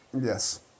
Yes